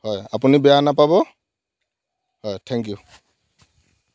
হয় আপুনি বেয়া নাপাব হয় থেংক ইউ